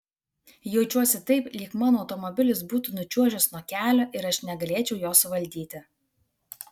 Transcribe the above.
jaučiuosi taip lyg mano automobilis būtų nučiuožęs nuo kelio ir aš negalėčiau jo suvaldyti